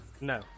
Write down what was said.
No